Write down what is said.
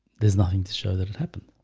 there's nothing to show that it happened.